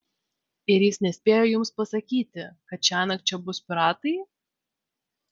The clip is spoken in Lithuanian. ir jis nespėjo jums pasakyti kad šiąnakt čia bus piratai